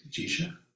Jisha